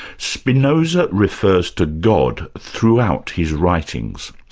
spinoza refers to god throughout his writings.